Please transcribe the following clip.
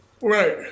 Right